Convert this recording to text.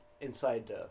inside